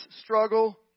struggle